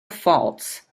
faults